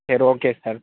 சரி okay sir